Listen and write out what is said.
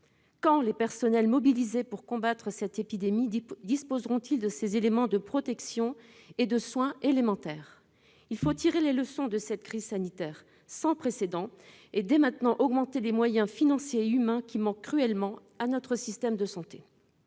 Quand les personnels mobilisés pour combattre cette épidémie disposeront-ils de ces éléments de protection et de soins élémentaires ? Il faut tirer les leçons de cette crise sanitaire sans précédent et, dès maintenant, augmenter les moyens financiers et humains qui manquent cruellement à notre système de santé.